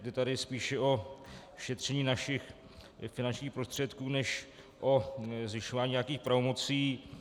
Jde tady spíše o šetření našich finančních prostředků než o zvyšování nějakých pravomocí.